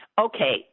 Okay